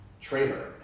trailer